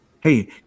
Hey